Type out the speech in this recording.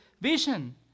vision